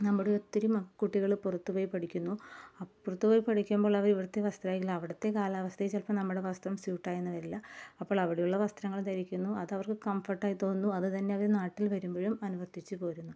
നമ്മുടെ ഒത്തിരി കുട്ടികൾ പുറത്ത് പോയി പഠിക്കുന്നു അപ്പുറത്ത് പോയി പഠിക്കുമ്പോൾ അവർ ഇവിടുത്തെ വസ്ത്ര രീതിയിൽ അവിടുത്തെ കാലാവസ്ഥയെ ചിലപ്പോൾ നമ്മുടെ വസ്ത്രം സ്യൂട്ട് ആയെന്ന് വരില്ല അപ്പോൾ അവിടെയുള്ള വസ്ത്രങ്ങൾ ധരിക്കുന്നു അതവർക്ക് കംഫർട്ട് ആയി തോന്നുന്നു അതുതന്നെ അവർ നാട്ടിൽ വരുമ്പോഴും അനുവർത്തിച്ച് പോരുന്നു